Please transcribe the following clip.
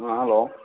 hello